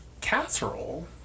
casserole